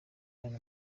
ian